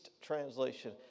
translation